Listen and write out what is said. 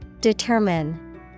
Determine